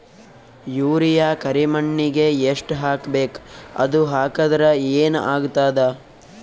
Urea ಕರಿಮಣ್ಣಿಗೆ ಎಷ್ಟ್ ಹಾಕ್ಬೇಕ್, ಅದು ಹಾಕದ್ರ ಏನ್ ಆಗ್ತಾದ?